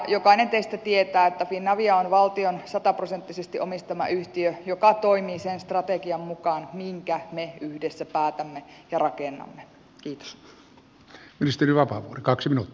jokainen teistä tietää että finavia on valtion sataprosenttisesti omistama yhtiö joka toimii sen strategian mukaan minkä me yhdessä päätämme ja rakennamme